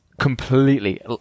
completely